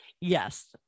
Yes